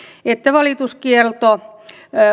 että valituskielto